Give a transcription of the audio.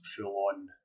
full-on